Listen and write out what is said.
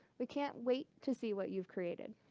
we can't wait to see what you've created.